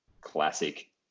classic